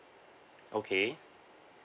okay